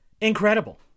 Incredible